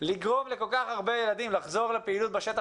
לגרום לכל כך הרבה ילדים לחזור לפעילות בשטח,